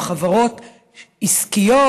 הן חברות עסקיות,